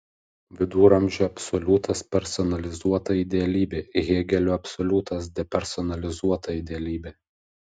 viduramžių absoliutas personalizuota idealybė hėgelio absoliutas depersonalizuota idealybė